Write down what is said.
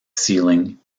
sealing